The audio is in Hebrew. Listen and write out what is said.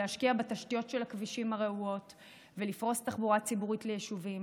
להשקיע בתשתיות הרעועות של הכבישים ולפרוס תחבורה ציבורית ליישובים,